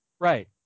Right